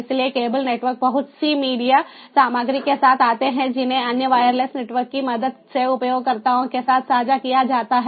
इसलिए cable network बहुत सी मीडिया सामग्री के साथ आते हैं जिन्हें अन्य वायरलेस नेटवर्क की मदद से उपयोगकर्ताओं के साथ साझा किया जाता है